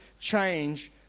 change